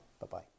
Bye-bye